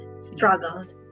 struggled